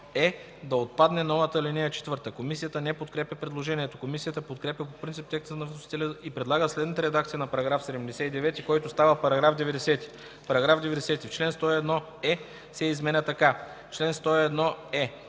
да отпадне новата ал. 4.” Комисията не подкрепя предложението. Комисията подкрепя по принцип текста на вносителя и предлага следната редакция на § 79, който става § 90: „§ 90. Член 101е се изменя така: „Чл. 101е.